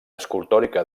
escultòrica